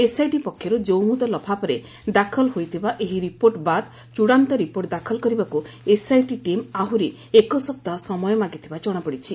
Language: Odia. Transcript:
ଏସ୍ଆଇଟି ପକ୍ଷରୁ ଯଉମୁଦ ଲଫାପାରେ ଦାଖଲ ହୋଇଥିବା ଏହି ରିପୋର୍ଟ ବାଦ୍ ଚୂଡାନ୍ତ ରିପୋର୍ଟ ଦାଖଲ କରିବାକୁ ଏସ୍ଆଇଟି ଟିମ୍ ଆହୁରି ଏକସପ୍ଠାହ ସମୟ ମାଗିଥିବା ଜଶାପଡିଛି